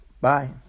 Bye